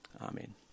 Amen